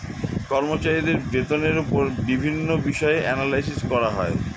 কর্মচারীদের বেতনের উপর বিভিন্ন বিষয়ে অ্যানালাইসিস করা হয়